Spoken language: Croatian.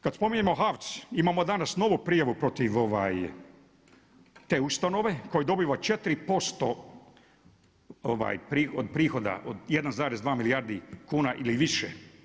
Kada spominjemo HAVC imamo danas novu prijavu protiv te ustanove koja dobiva 4% od prihoda od 1,2 milijardi kuna ili više.